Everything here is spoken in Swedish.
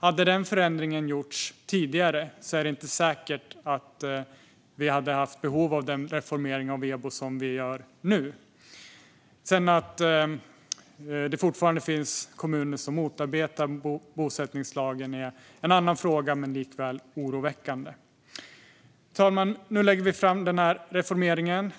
Hade förändringen gjorts tidigare är det inte säkert att vi hade haft behov av den reformering av EBO som vi nu gör. Att det fortfarande finns kommuner som motarbetar bosättningslagen är en annan fråga, men likväl oroväckande. Fru talman! Nu lägger vi fram reformeringen.